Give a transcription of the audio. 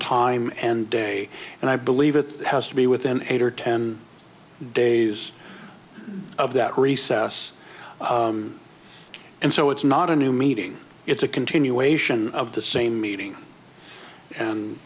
time and day and i believe it has to be within eight or ten days of that recess and so it's not a new meeting it's a continuation of the same meeting and